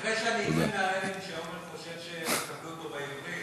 אחרי שאני אצא מההלם שאורן חושב שיקבלו אותו בעברית,